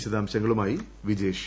വിശദാംശങ്ങളുമായി വിജേഷ്